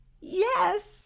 yes